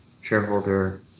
shareholder